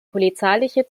polizeiliche